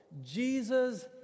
Jesus